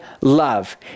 love